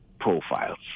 profiles